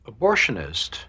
abortionist